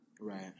Right